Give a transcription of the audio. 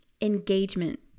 engagement